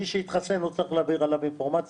מי שהתחסן, לא צריך להעביר עליו אינפורמציה.